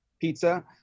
pizza